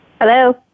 Hello